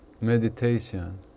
meditation